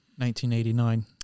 1989